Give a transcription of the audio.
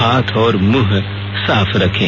हाथ और मुंह साफ रखें